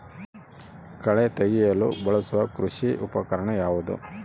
ಕಳೆ ತೆಗೆಯಲು ಬಳಸುವ ಕೃಷಿ ಉಪಕರಣ ಯಾವುದು?